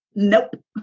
Nope